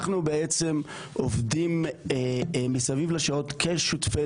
אנחנו בעצם עובדים מסביב לשעון כשותפי